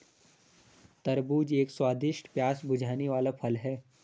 तरबूज एक स्वादिष्ट, प्यास बुझाने वाला फल है